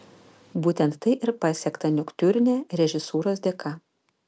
būtent tai ir pasiekta noktiurne režisūros dėka